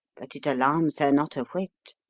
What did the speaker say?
but it alarms her not a whit.